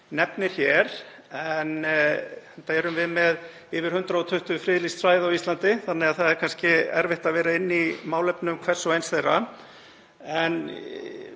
nefnir hér, enda erum við með yfir 120 friðlýst svæði á Íslandi þannig að það er erfitt að vera inni í málefnum hvers og eins þeirra.